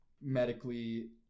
medically